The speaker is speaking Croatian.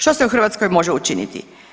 Što se u Hrvatskoj može učiniti?